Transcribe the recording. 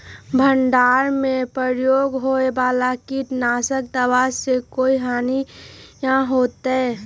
भंडारण में प्रयोग होए वाला किट नाशक दवा से कोई हानियों होतै?